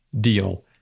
deal